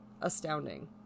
astounding